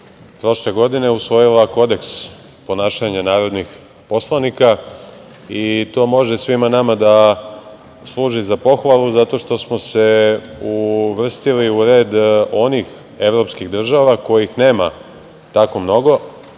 prošle godine usvojila Kodeks ponašanja narodnih poslanika. To može svima nama da služi za pohvalu, zato što smo se uvrstili u red onih evropskih država kojih nema tako mnogo